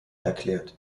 erklärt